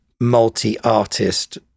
multi-artist